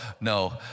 no